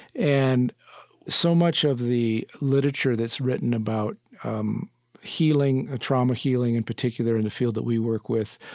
and so much of the literature that's written about um healing, ah trauma healing in particular in the field that we work with,